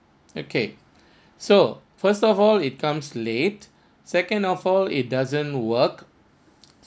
okay so first of all it comes late second of all it doesn't work